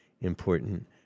important